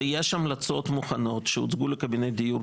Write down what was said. ויש המלצות מוכנות שהוצגו לקבינט דיור,